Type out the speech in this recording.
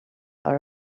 are